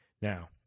Now